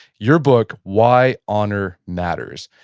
your book why honor matters.